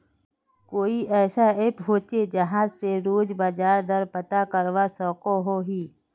कोई ऐसा ऐप होचे जहा से रोज बाजार दर पता करवा सकोहो ही?